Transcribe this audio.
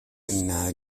إنها